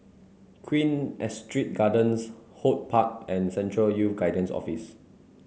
Queen Astrid Gardens HortPark and Central Youth Guidance Office